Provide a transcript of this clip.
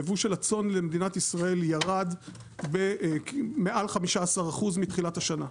היבוא של הצאן למדינת ישראל ירד במעל 15% מתחילת השנה,